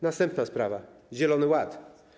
Następna sprawa to zielony ład.